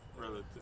relative